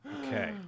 Okay